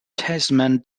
tasman